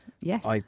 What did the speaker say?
Yes